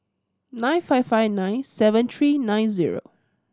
nine five five nine seven three nine zero